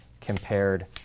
compared